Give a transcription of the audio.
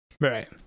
Right